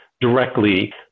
directly